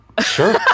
Sure